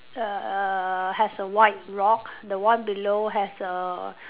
err has a white rock the one below has a